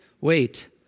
Wait